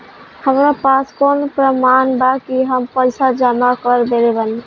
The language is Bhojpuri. हमरा पास कौन प्रमाण बा कि हम पईसा जमा कर देली बारी?